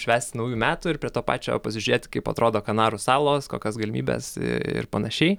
švęsti naujųjų metų ir prie to pačio pasižiūrėti kaip atrodo kanarų salos kokios galimybės i ir panašiai